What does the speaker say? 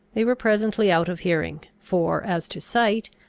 they were presently out of hearing for, as to sight,